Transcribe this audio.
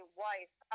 wife